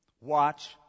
Watch